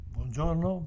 Buongiorno